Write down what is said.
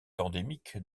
endémique